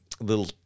little